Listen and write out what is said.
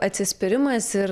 atsispyrimas ir